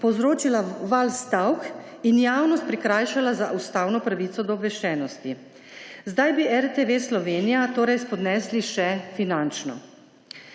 povzročila val stavk in javnost prikrajšala za ustavno pravico do obveščenosti. Zdaj bi RTV Slovenija torej spodnesli še finančno.